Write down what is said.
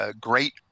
great